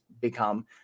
become